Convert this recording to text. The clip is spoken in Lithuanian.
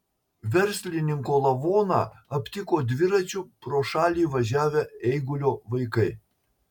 verslininko lavoną aptiko dviračiu pro šalį važiavę eigulio vaikai